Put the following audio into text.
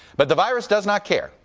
but the virus does not care,